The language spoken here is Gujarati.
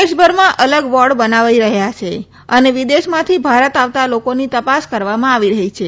દેશભરમાં અલગ વોર્ડ બનાવાય રહ્યા છે અને વિદેશમાંથી ભારત આવતા લોકોની તપાસ કરવામાં આવી રહી છે